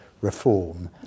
reform